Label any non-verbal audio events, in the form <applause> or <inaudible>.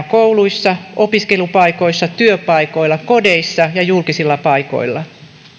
<unintelligible> kouluissa opiskelupaikoissa työpaikoilla kodeissa ja julkisilla paikoilla